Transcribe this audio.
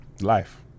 life